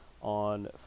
on